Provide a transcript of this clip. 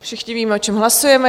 Všichni víme, o čem hlasujeme.